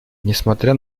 несмотря